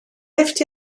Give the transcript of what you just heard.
lifft